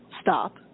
stop